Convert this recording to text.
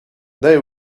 they